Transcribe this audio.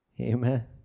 Amen